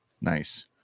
Nice